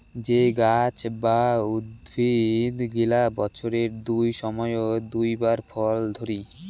যে গাছ বা উদ্ভিদ গিলা বছরের দুই সময়ত দুই বার ফল ধরি